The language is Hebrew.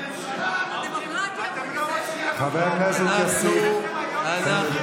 הדמוקרטיה, חבר הכנסת כסיף, תן לדבר.